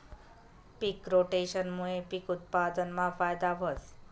पिक रोटेशनमूये पिक उत्पादनमा फायदा व्हस